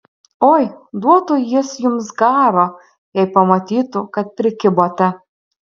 oi duotų jis jums garo jei pamatytų kad prikibote